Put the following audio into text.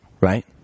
right